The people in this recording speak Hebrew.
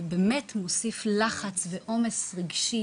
באמת שזה פשוט מוסיף לחץ ועומס רגשי,